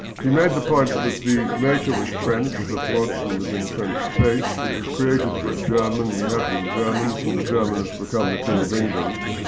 he made the point that the maker was french, that waddesdon was in french taste. it was created for a german, we had been germans, and the german was to become the king of england.